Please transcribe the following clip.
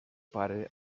pare